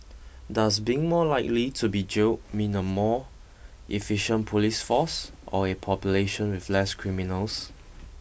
does being more likely to be jailed mean a more efficient police force or a population with less criminals